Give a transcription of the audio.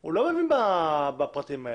הוא לא מבין בפרטים האלה.